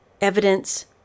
evidence